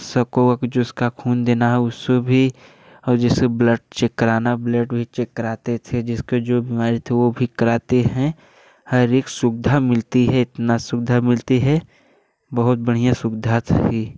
सबको जिसका खून देना है उसको भी और जिसे ब्लड चेक कराना है ब्लड भी चेक कराते थे जिसको जो बीमारी थी वो भी कराते हैं हर एक सुविधा मिलती है इतना सुविधा मिलती है बहुत बढ़िया सुविधा मिलती थी